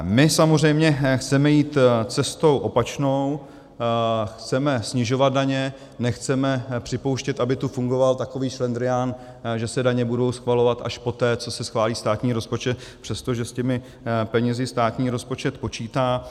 My samozřejmě chceme jít cestou opačnou, chceme snižovat daně, nechceme připouštět, aby tu fungoval takový šlendrián, že se daně budou schvalovat až poté, co se schválí státní rozpočet, přestože s těmi penězi státní rozpočet počítá.